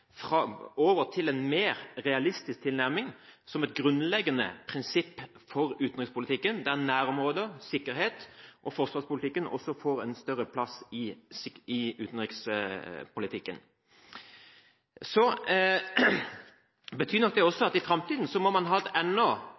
et grunnleggende prinsipp for utenrikspolitikken, der nærområder, sikkerhet og forsvarspolitikk også får en større plass i utenrikspolitikken. Dette betyr nok også at man i framtiden må ha et